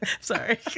Sorry